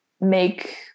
make